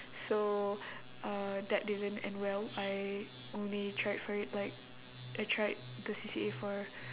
so uh that didn't end well I only tried for it like I tried the C_C_A for